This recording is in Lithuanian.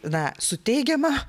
na su teigiama